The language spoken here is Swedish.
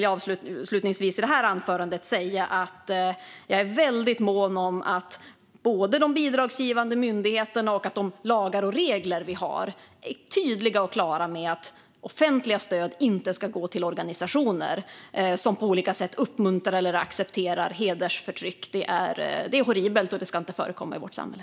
Avslutningsvis vill jag säga att jag är väldigt mån om att både de bidragsgivande myndigheterna och de lagar och regler vi har är klara och tydliga med att offentliga stöd inte ska gå till organisationer som på olika sätt uppmuntrar eller accepterar hedersförtryck. Det är horribelt, och det ska inte förekomma i vårt samhälle.